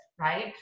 right